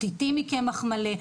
פתיתים מקמח מלא,